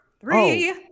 Three